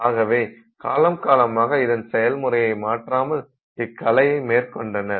ஆகவே காலம்காலமாக இதன் செயல் முறையை மாற்றாமல் இக்கலையை மேற்கொண்டனர்